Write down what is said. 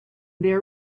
there